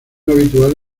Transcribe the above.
habitual